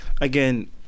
again